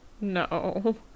No